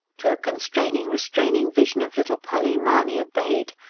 to a constraining, restraining vision of little polly, mahony obeyed,